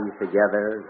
together